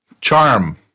Charm